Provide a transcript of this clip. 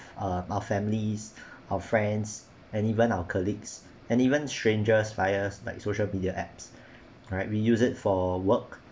uh our families or friends and even our colleagues and even strangers via like social media apps alright we use it for work